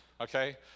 okay